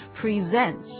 presents